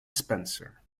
spencer